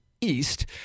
East